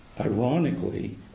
ironically